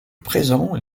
présent